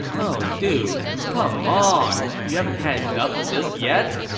oh dude. c'mon! you haven't had enough of this yet?